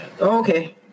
Okay